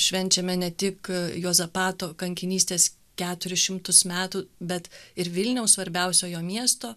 švenčiame ne tik juozapato kankinystės keturis šimtus metų bet ir vilniaus svarbiausio jo miesto